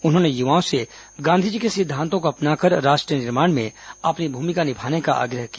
उन्होंने युवाओं से गांधीजी के सिद्धांतों को अपनाकर राष्ट्र निर्माण में अपनी भूमिका निभाने का आग्रह किया